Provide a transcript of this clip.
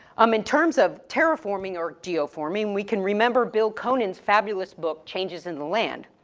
um in terms of terraforming or geoforming, we can remember bill cronon's fabulous book, changes in the land,